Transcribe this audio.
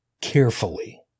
carefully